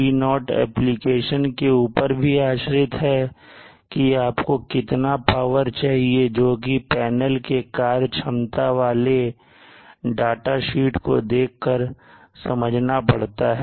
P0 application के ऊपर भी आश्रित है कि आपको कितना पावर चाहिए जोकि पैनल के कार्य क्षमता वाले डाटा शीट को देखकर समझना पड़ता है